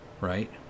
right